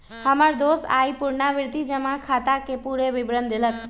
हमर दोस आइ पुरनावृति जमा खताके पूरे विवरण देलक